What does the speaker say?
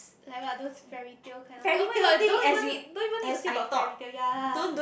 like what those fairytale kind of oh-my-god don't even need don't even need to say about fairytale ya